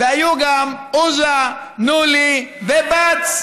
והיו גם אוזה, נולי ובץ.